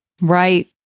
Right